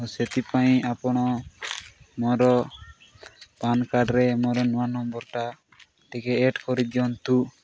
ସେଥିପାଇଁ ଆପଣ ମୋର ପାନ୍ କାର୍ଡ଼ରେ ମୋର ନୂଆ ନମ୍ବରଟା ଟିକେ ଏଡ଼୍ କରିଦିଅନ୍ତୁ